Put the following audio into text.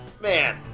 Man